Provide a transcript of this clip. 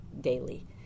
daily